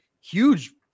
huge